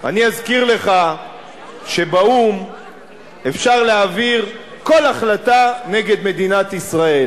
אני אזכיר לך שבאו"ם אפשר להעביר כל החלטה נגד מדינת ישראל,